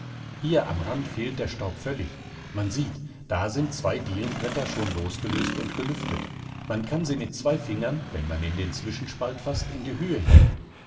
hier am rand fehlt der staub völlig man sieht da sind zwei dielenbretter schon losgelöst und gelüftet man kann sie mit zwei fingern wenn man in den zwischenspalt faßt in die höhe heben